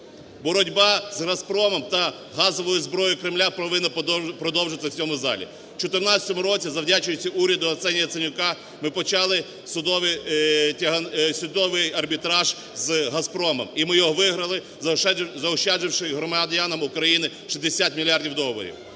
Боротьба з "Газпромом" та газовою зброєю Кремля повинна продовжитися в цьому залі. У 2014 році, завдячуючи уряду Арсенія Яценюка, ми почали судовий арбітраж з "Газпромом", і ми його виграли, заощадивши громадянам України 60 мільярдів доларів.